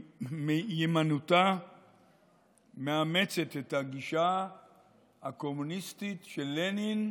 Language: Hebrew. בימינותה מאמצת את הגישה הקומוניסטית של לנין,